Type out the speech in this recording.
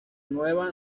nueva